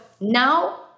now